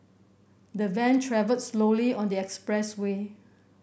the van travelled slowly on the expressway